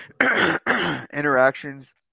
interactions